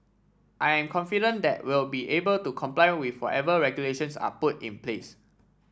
I am confident that we'll be able to comply with whatever regulations are put in place